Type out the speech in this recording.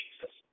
Jesus